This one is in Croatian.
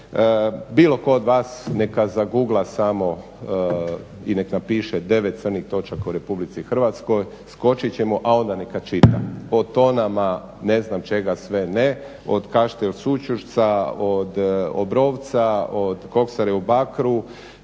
Bilo tko od vas neka zagugla samo i nek napiše 9 crnih točaka u Republici Hrvatskoj, skočit ćemo, a onda neka čita o tonama ne znam čega sve ne, od Kaštel Sućurca, od Obrovca, od koksare u Bakru